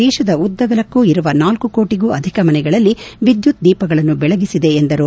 ದೇಶದ ಉದ್ದಗಲಕ್ಕೂ ಇರುವ ನಾಲ್ಲು ಕೋಟಿಗೂ ಅಧಿಕ ಮನೆಗಳಲ್ಲಿ ವಿದ್ಯುತ್ ದೀಪಗಳನ್ನು ಬೆಳಗಿಸಿದೆ ಎಂದರು